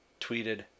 tweeted